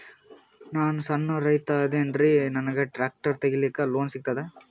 ನಾನ್ ಸಣ್ ರೈತ ಅದೇನೀರಿ ನನಗ ಟ್ಟ್ರ್ಯಾಕ್ಟರಿ ತಗಲಿಕ ಲೋನ್ ಸಿಗತದ?